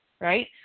right